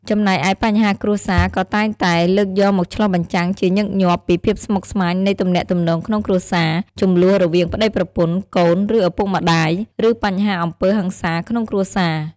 ចំណែកឯបញ្ហាគ្រួសារក៏តែងតែ លើកយកមកឆ្លុះបញ្ចាំងជាញឹកញាប់ពីភាពស្មុគស្មាញនៃទំនាក់ទំនងក្នុងគ្រួសារ ជម្លោះរវាងប្ដីប្រពន្ធ កូន ឬឪពុកម្ដាយ ឬបញ្ហាអំពើហិង្សាក្នុងគ្រួសារ ។